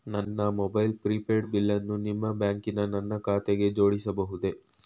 ನನ್ನ mobile prepaid ಬಿಲ್ಲನ್ನು ನಿಮ್ಮ ಬ್ಯಾಂಕಿನ ನನ್ನ ಖಾತೆಗೆ ಜೋಡಿಸಬಹುದೇ?